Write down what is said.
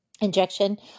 injection